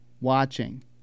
watching